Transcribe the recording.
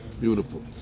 Beautiful